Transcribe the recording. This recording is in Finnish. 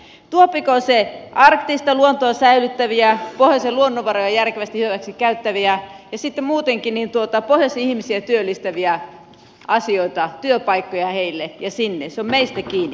tuopiko se arktista luontoa säilyttäviä pohjoisen luonnonvaroja järkevästi hyväksi käyttäviä ja sitten muutenkin pohjoisen ihmisiä työllistäviä asioita työpaikkoja heille ja sinne se on meistä kiinni